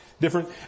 different